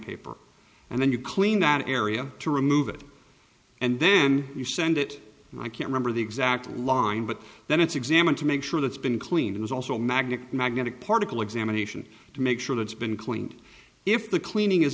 paper and then you clean that area to remove it and then you send it i can't remember the exact line but then it's examined to make sure that's been cleaned it is also a magnet magnetic particle examination to make sure it's been cleaned if the cleaning is